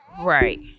Right